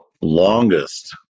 longest